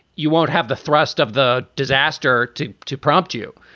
you won't have the thrust of the disaster to to prompt you.